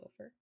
over